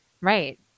Right